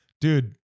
Dude